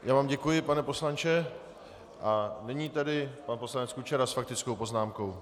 Já vám děkuji, pane poslanče, a nyní tedy pan poslanec Kučera s faktickou poznámkou.